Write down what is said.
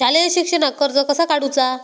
शालेय शिक्षणाक कर्ज कसा काढूचा?